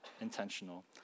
intentional